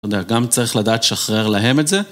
... יודע, גם צריך לדעת לשחרר להם את זה.